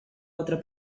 otra